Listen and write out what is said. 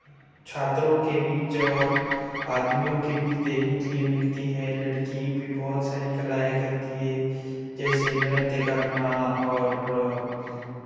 छात्रों के बीच और आदमियों के बीच देखने के लिए मिलती हैं लड़की भी बहुत सारी कलाएं करती हैं जैसे नृत्य करना और